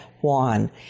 Juan